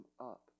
up